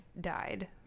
died